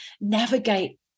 navigate